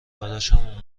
دادشمم